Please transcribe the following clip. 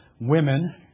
women